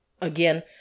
Again